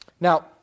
Now